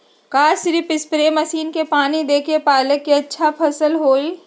का सिर्फ spray machine से पानी देके पालक के अच्छा फसल होई?